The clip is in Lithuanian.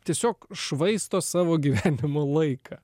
tiesiog švaisto savo gyvenimo laiką